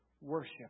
worship